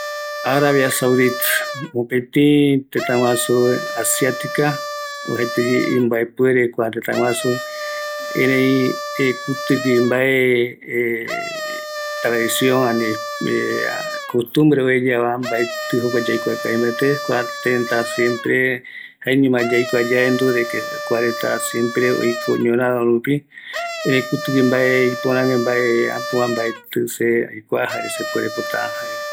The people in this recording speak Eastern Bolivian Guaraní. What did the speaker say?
Kua arabia saud mopeti tëtä guaju Asiatica oajaeteye imbaepuere kua tëtä guaju, erei kutïgui mbae,,,,, tradicion ani mbae costumbre oeyava maetï jokua yaikuakavi mbate, kua tëtä siempre jaeñoma yaikua, yaendu de que kuareta siempre oiko ñorärö rupi, erei kutïgui mbae ïpörague mbae äpova mbaetï se aikua jare se puerepota jae.